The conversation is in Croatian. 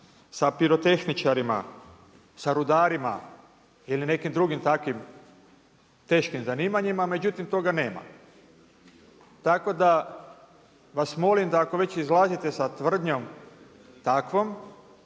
sa pirotehničarima, sa rudarima ili nekim drugim takvim teškim zanimanjima, međutim toga nema. Tako da vas molim, da ako već izlazite sa tvrdnjom takvom,